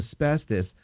asbestos